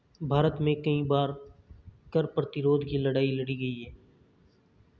भारत में कई बार कर प्रतिरोध की लड़ाई लड़ी गई है